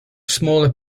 smaller